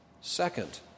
Second